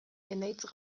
enaitz